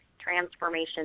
transformation